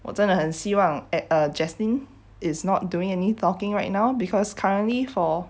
我真的很希望 at uh jaslyn is not doing any talking right now because currently for